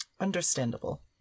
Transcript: Understandable